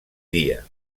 dia